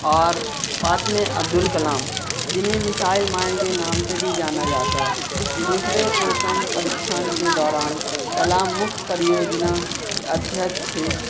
और पाँचवें अब्दुल कलाम जिन्हें मिसाइल मैन के नाम से भी जाना जाता है दूसरे पोखरण परीक्षण के दौरान कलाम मुख्य परियोजना अध्यक्ष थे